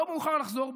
לא מאוחר לחזור בכם.